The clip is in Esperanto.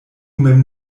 mem